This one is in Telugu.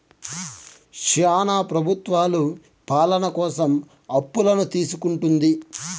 శ్యానా ప్రభుత్వాలు పాలన కోసం అప్పులను తీసుకుంటుంది